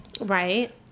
right